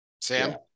sam